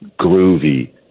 groovy